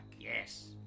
yes